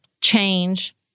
change